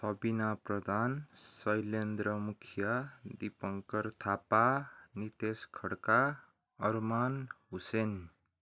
Sabina Pradhan Shailendra Mukhiya Dipankar Thapa Nitesh Khadka Arman Hussain